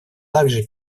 также